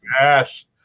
yes